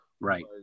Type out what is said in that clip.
right